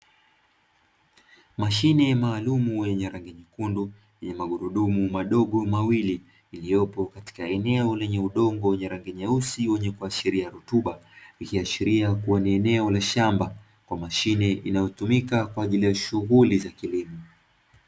Mashine maaalumu yenye rangi nyekundu yenye magurudumu madogo mawili iliyopo katika eneo lenye udongo wenye rangi nyeusi wenye kuashiria rutuba, ikiashiria ni shamba kwa mashine inayotumika kwa shughuli za kilimo.